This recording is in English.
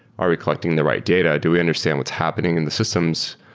are we collecting the right data? do we understand what's happening in the systems?